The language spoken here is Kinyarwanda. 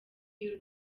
y’u